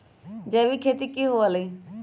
जैविक खेती की हुआ लाई?